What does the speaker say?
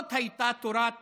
זאת הייתה תורת